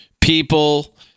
people